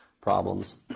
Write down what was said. problems